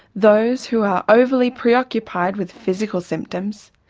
those who are overly preoccupied with physical symptoms,